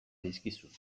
dizkizut